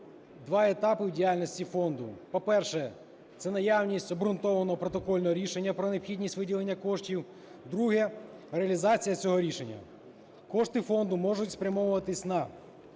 два етапи в діяльності фонду. По-перше, це наявність обґрунтованого протокольного рішення про необхідність виділення коштів. Друге – реалізація цього рішення. Кошти фонду можуть спрямовуватися на